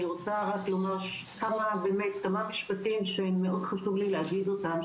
אני רוצה לומר כמה משפטים שמאוד חשוב לי לומר אותם.